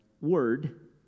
word